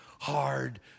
hard